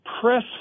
press